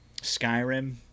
Skyrim